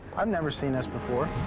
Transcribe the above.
i've never seen this before.